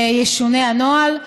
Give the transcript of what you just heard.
ישונה הנוהל.